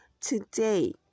today